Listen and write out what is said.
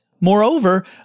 Moreover